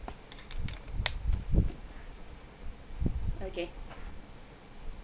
okay